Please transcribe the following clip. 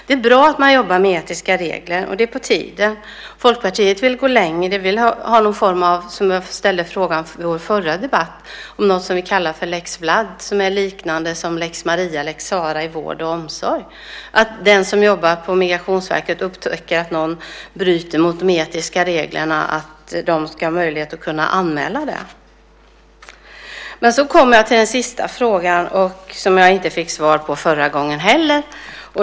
Det är bra att man jobbar med etiska regler. Det är på tiden. Folkpartiet vill gå längre. Jag ställde frågan om detta i vår förra debatt. Vi vill ha något som vi kallar lex Vlad och som är liknande lex Maria och lex Sara som finns inom vård och omsorg. Den som jobbar på Migrationsverket och upptäcker att någon bryter mot de etiska reglerna ska ha möjlighet att anmäla det. Så kommer jag till den sista frågan, som jag inte fick svar på förra gången heller.